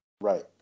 Right